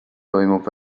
toimub